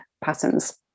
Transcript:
patterns